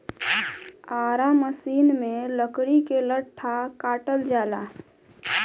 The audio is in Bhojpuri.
आरा मसिन में लकड़ी के लट्ठा काटल जाला